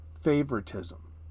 favoritism